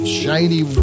shiny